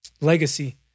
Legacy